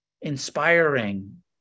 inspiring